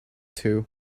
two